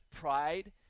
pride